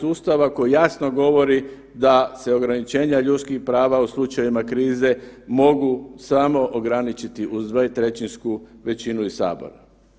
Ustava koji jasno govori da se ograničenja ljudskih prava u slučajevima krize mogu samo ograničiti uz dvotrećinsku većinu iz sabora.